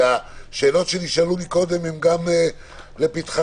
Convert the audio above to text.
השאלות שנשאלו קודם הן גם לפתחכם.